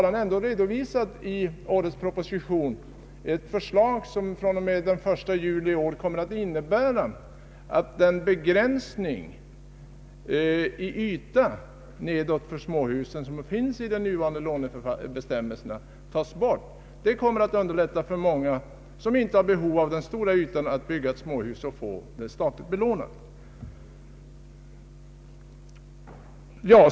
Han har i årets proposition redovisat ett förslag som kommer att innebära att den begränsning i yta nedåt för småhusen som finns i de nuvarande lånebestämmelserna tas bort den 1 juli i år. Det kommer att underlätta för många, som inte har behov av en stor yta, att få småhus statligt belånade.